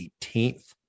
18th